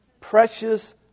Precious